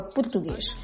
Português